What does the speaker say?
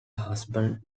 husband